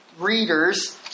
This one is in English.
readers